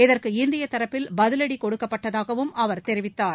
இதற்கு இந்திய தரப்பில் பதிலடி கொடுக்கப்பட்டதாகவும் அவர் தெரிவித்தார்